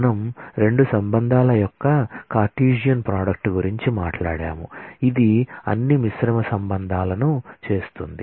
మనం రెండు రిలేషన్ల యొక్క కార్టెసియన్ ప్రోడక్ట్ గురించి మాట్లాడాము ఇది అన్ని మిశ్రమ రిలేషన్ల ను చేస్తుంది